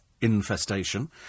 infestation